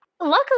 Luckily